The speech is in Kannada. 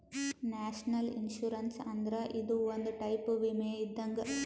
ನ್ಯಾಷನಲ್ ಇನ್ಶುರೆನ್ಸ್ ಅಂದ್ರ ಇದು ಒಂದ್ ಟೈಪ್ ವಿಮೆ ಇದ್ದಂಗ್